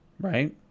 right